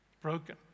broken